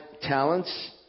talents